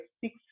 six